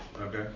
Okay